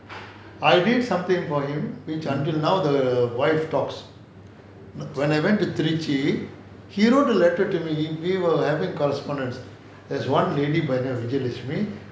I did something for him which until now the wife talks when I went to trichy he wrote a letter to me we were having correspondence there's one lady by name of vijayalakshmi